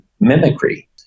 mimicry